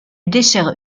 dessert